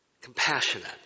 Compassionate